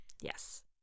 yes